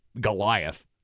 Goliath